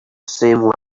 same